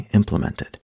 implemented